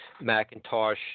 Macintosh